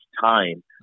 time